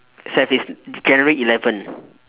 seven january eleven